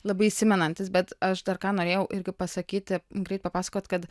labai įsimenantys bet aš dar ką norėjau irgi pasakyti greit papasakot kad